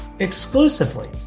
exclusively